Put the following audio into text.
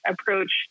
approach